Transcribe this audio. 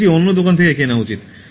এটি অন্য দোকান থেকে কেনা উচিত "